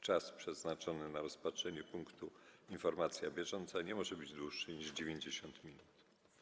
Czas przeznaczony na rozpatrzenie punktu: Informacja bieżąca nie może być dłuższy niż 90 minut.